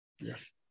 Yes